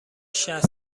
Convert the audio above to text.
شصت